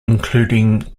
including